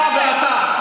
אתה ואתה.